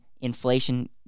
inflation